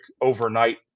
overnight